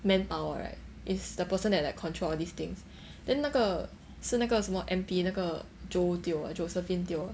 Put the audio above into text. manpower right is the person that like control all these things then 那个是那个什么 M_P 那个 jo teo josephine teo ah